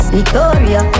Victoria